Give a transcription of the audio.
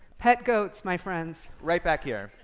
pet goats, my friends. right back here.